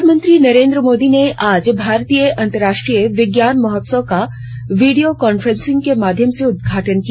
प्रधानमंत्री नरेंद्र मोदी ने आज भारतीय अंतर्राष्ट्रीय विज्ञान महोत्सव का वीडियो कॉन्फ्रेंसिंग के माध्यम से उद्घाटन किया